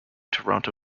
toronto